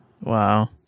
Wow